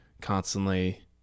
constantly